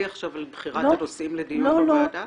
עכשיו על בחירת הנושאים לדיון בוועדה?